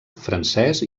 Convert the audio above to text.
francès